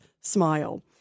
smile